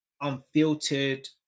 unfiltered